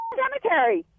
cemetery